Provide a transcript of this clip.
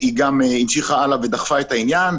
גם היא המשיכה הלאה ודחפה את העניין.